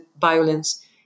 violence